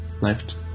left